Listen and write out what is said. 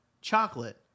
Chocolate